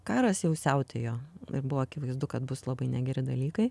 karas jau siautėjo ir buvo akivaizdu kad bus labai negeri dalykai